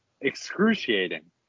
excruciating